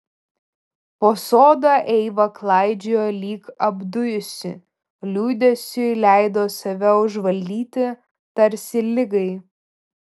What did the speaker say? po sodą eiva klaidžiojo lyg apdujusi liūdesiui leido save užvaldyti tarsi ligai